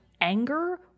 anger